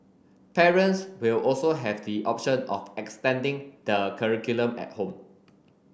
parents will also have the option of extending the curriculum at home